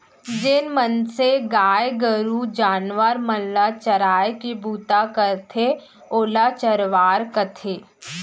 जेन मनसे गाय गरू जानवर मन ल चराय के बूता करथे ओला चरवार कथें